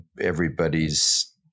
everybody's